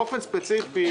באופן ספציפי,